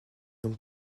donc